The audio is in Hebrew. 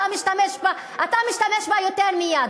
אתה משתמש בה יותר מדי.